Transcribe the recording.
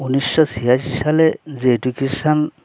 উনিশশো ছিয়াশি সালে যে এডুকেশান